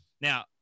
Now